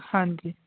ਹਾਂਜੀ